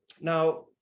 Now